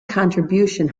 contribution